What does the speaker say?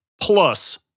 plus